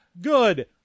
good